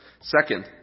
Second